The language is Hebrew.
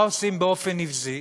מה עושים באופן נבזי?